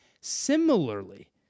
similarly